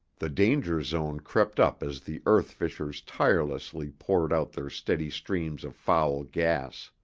the danger zone crept up as the earth-fissures tirelessly poured out their steady streams of foul gas.